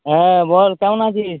হ্যাঁ বল কেমন আছিস